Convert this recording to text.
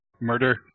murder